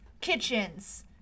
kitchens